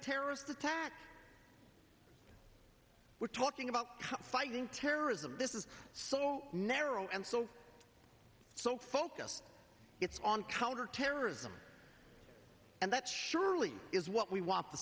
terrorist attacks we're talking about fighting terrorism this is so narrow and so so focused on counterterrorism and that surely is what we want the